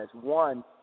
One